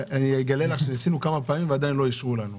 אגלה לך שניסינו כמה פעמים ועדיין לא אישרו לנו.